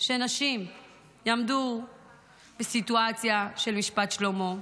שנשים יעמדו בסיטואציה של משפט שלמה.